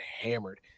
hammered